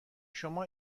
شما